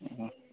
हाँ